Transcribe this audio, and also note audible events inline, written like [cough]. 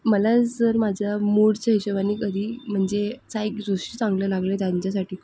मला जर माझ्या मूडच्या हिशेबाने कधी म्हणजे [unintelligible] दृश्य चांगलं लागलं आहे त्यांच्यासाठी